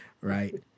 right